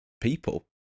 people